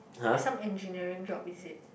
some engineering job is it